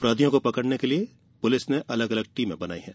अपराधियों को पकड़ने के लिये पुलिस ने अलग अलग टीमें बनाई हैं